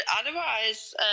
otherwise